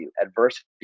adversity